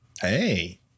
Hey